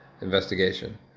investigation